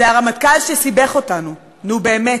זה הרמטכ"ל שסיבך אותנו, נו, באמת,